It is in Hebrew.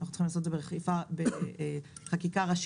אנחנו צריכים לעשות את זה בחקיקה ראשית